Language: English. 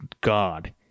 God